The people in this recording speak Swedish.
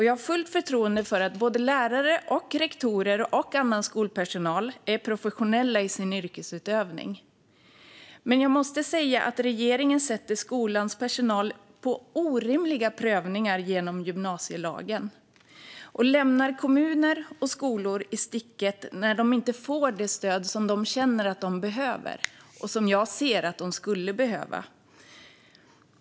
Jag har fullt förtroende för att såväl lärare och rektorer som annan skolpersonal är professionella i sin yrkesutövning, men jag måste säga att regeringen utsätter skolans personal för orimliga prövningar genom gymnasielagen och lämnar kommuner och skolor i sticket när dessa inte får det stöd som de känner att de behöver och som jag ser att de skulle behöva.